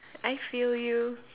I feel you